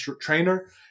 trainer